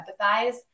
empathize